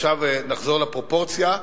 עכשיו נחזור לפרופורציה,